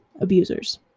abusers